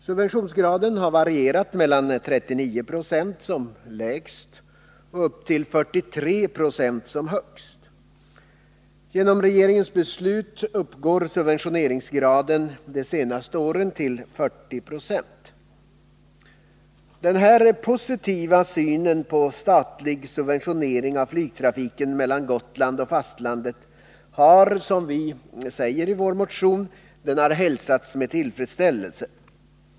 Subventionsgraden har varierat mellan 39 70 som lägst och 43 26 som högst. Genom regeringens beslut har subventioneringsgraden under de senaste åren uppgått till 40 96. Den här positiva synen på statlig subventionering av flygtrafiken mellan Gotland och fastlandet har, som vi säger i vår motion, hälsats med tillfredsställelse.